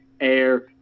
air